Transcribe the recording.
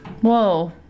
whoa